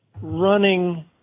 running